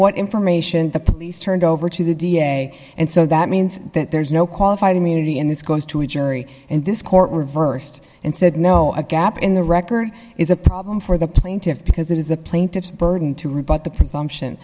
what information the police turned over to the da and so that means that there's no qualified immunity and this goes to a jury and this court reversed and said no a gap in the record is a problem for the plaintiffs because it is the plaintiff's burden to rebut the presumption